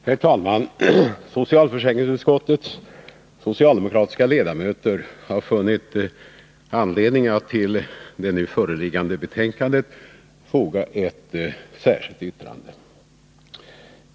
Herr talman! Socialförsäkringsutskottets socialdemokratiska ledamöter har funnit anledning att till det nu föreliggande betänkandet foga ett särskilt yttrande.